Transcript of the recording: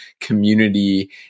community